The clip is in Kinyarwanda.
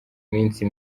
minsi